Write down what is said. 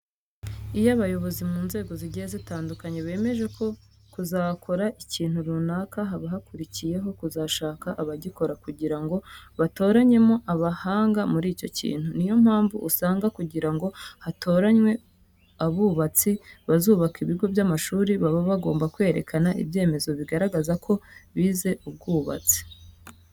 Iyo abayobozi mu nzego zigiye zitandukanye bemeje kuzakora ikintu runaka, haba hakurikiyeho kuzashaka abagikora kugira ngo batoranyemo abahanga muri icyo kintu. Niyo mpamvu usanga kugira ngo hatoranwe abubatsi bazubaka ibigo by'amashuri, baba bagomba kwerekana ibyemezo bigaragaza ko bize ubwubatsi.